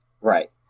Right